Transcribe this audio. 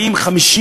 40,000,